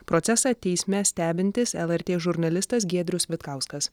procesą teisme stebintis lrt žurnalistas giedrius vitkauskas